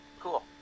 cool